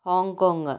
Hong Kong